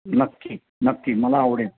नक्की नक्की मला आवडेल